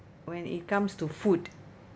when it comes to food